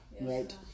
right